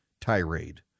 tirade